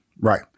Right